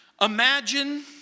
Imagine